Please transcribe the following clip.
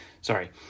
Sorry